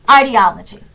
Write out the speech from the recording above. ideology